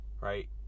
right